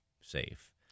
safe